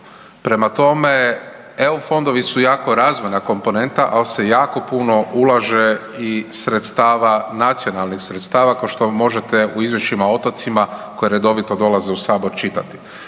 Prema tome, EU fondovi su jako razvojna komponenta, ali se jako puno ulaže i sredstava, nacionalnih sredstava, kao što možete u Izvješćima o otocima koje redovito dolaze u Sabor, čitati.